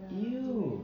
!eww!